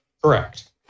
Correct